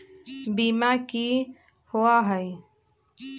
बीमा की होअ हई?